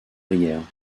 brière